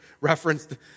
referenced